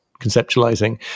conceptualizing